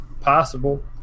possible